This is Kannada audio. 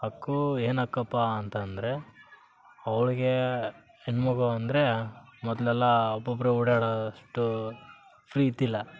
ಹಕ್ಕು ಏನು ಹಕ್ಕಪ್ಪಾ ಅಂತಂದರೆ ಅವಳಿಗೆ ಹೆಣ್ಣು ಮಗು ಅಂದರೆ ಮೊದಲೆಲ್ಲಾ ಒಬ್ಬೊಬ್ಬರೇ ಓಡಾಡೋ ಅಷ್ಟು ಫ್ರೀ ಇದ್ದಿಲ್ಲ